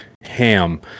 ham